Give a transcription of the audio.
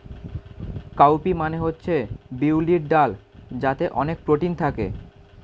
cow P মানে হচ্ছে বিউলির ডাল যাতে অনেক প্রোটিন থাকে